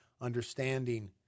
understanding